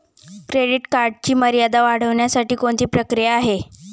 Credit कार्डची मर्यादा वाढवण्यासाठी कोणती प्रक्रिया आहे?